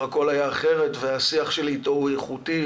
הכול היה אחרת והשיח שלי איתו הוא איכותי,